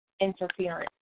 interference